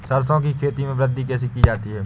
सरसो की खेती में वृद्धि कैसे की जाती है?